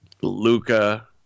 Luca